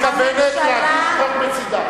ומתכוונת להגיש חוק מצדה.